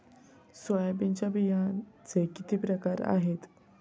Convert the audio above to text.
सोयाबीनच्या बियांचे किती प्रकार आहेत?